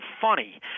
funny